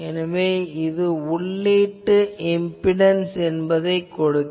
எனவே இது உள்ளீட்டு இம்பிடன்ஸ் என்னவென்பதைக் கொடுக்கும்